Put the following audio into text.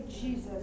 Jesus